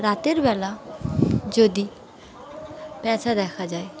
রাতেরবেলা যদি পেঁচা দেখা যায়